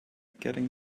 getting